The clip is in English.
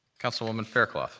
councilwoman fairclough?